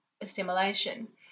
assimilation